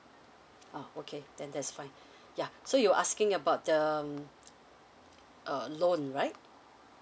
ah okay then that's fine ya so you were asking about the uh loan right